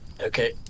okay